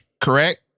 correct